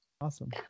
Awesome